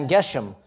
Geshem